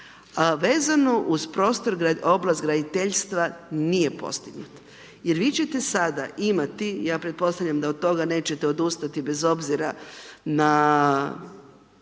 uz prostor oblasti graditeljstva nije postignut jer vi ćete sada imati, ja pretpostavljam da od toga nećete odustati, bez obzira na